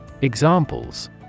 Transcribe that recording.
Examples